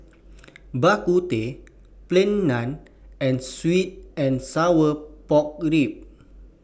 Bak Kut Teh Plain Naan and Sweet and Sour Pork Ribs